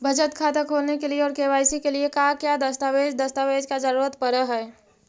बचत खाता खोलने के लिए और के.वाई.सी के लिए का क्या दस्तावेज़ दस्तावेज़ का जरूरत पड़ हैं?